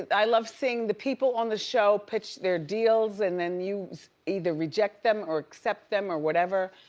i love seeing the people on the show, pitch their deals, and then you either reject them or accept them or whatever.